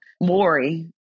Maury